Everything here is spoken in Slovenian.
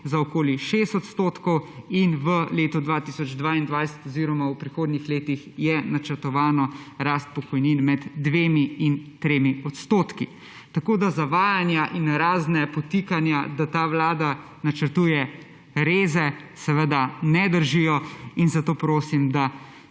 za okoli 6 % in v letu 2022 oziroma v prihodnjih letih je načrtovano rast pokojnin med 2 in 3 %. Tako da zavajanja in razna podtikanja, da ta vlada načrtuje reze, seveda ne držijo in zato prosim, da